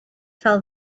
fell